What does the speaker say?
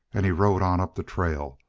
and he rode on up the trail,